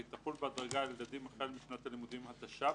והיא תחול בהדרגה על ילדים החל משנת הלימודים התש"פ,